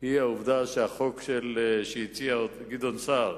הוא העובדה שהחוק שהציע גדעון סער